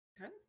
okay